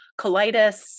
colitis